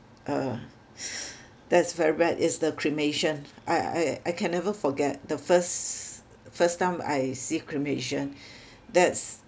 uh that's very bad is the cremation I I I can never forget the first first time I see cremation that's